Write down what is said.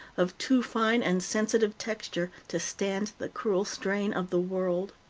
of too fine and sensitive texture to stand the cruel strain of the world.